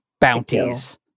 bounties